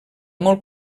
molt